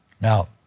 Now